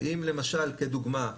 אם למשל כדוגמה,